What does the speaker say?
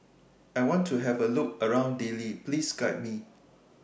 I want to Have A Look around Dili Please Guide Me